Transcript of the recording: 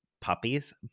puppies